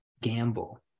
gamble